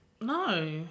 No